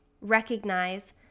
Recognize